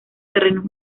terrenos